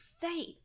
faith